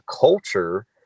culture